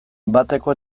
bateko